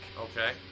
Okay